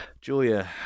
julia